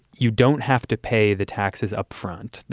you don't have to pay the taxes upfront.